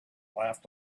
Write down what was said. laughed